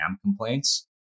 complaints